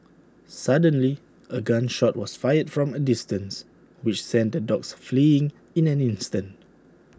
suddenly A gun shot was fired from A distance which sent the dogs fleeing in an instant